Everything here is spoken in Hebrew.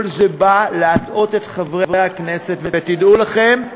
כל זה בא להטעות את חברי הכנסת, ותדעו לכם,